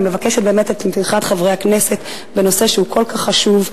אני מבקשת את תמיכת חברי הכנסת בנושא שהוא כל כך חשוב,